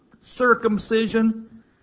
circumcision